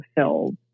fulfilled